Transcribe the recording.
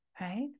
right